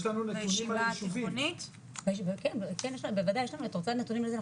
יש לנו, בוודאי את רוצה נתונים לזה?